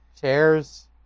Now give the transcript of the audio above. Chairs